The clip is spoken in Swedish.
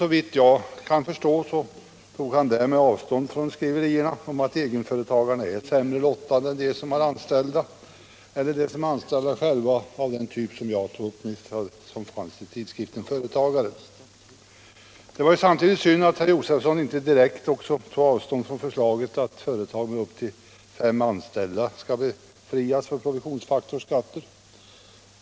Såvitt jag kan förstå tog han därmed avstånd från skriverier om att egenföretagarna är sämre lottade än de som är anställda av den typ som jag tog upp och som förekom i tidskriften Företagaren. Det var synd att herr Josefson inte samtidigt tog direkt avstånd från förslaget att företag med upp till fem anställda skall befrias från produktionsfaktorsskatter.